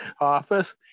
office